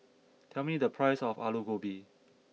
tell me the price of Alu Gobi